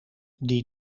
die